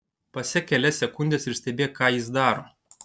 pasek kelias sekundes ir stebėk ką jis daro